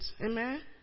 Amen